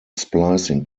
splicing